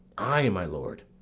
ay, my lord.